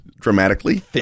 dramatically